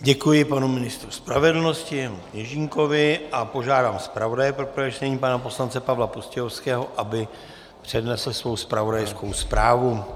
Děkuji panu ministru spravedlnosti Janu Kněžínkovi a požádám zpravodaje pro prvé čtení, pana poslance Pavla Pustějovského, aby přednesl svou zpravodajskou zprávu.